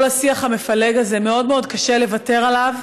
כל השיח המפלג הזה, מאוד מאוד קשה לוותר עליו,